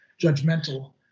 judgmental